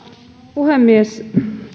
puhemies